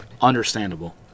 Understandable